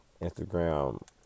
Instagram